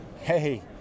Hey